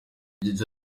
yagize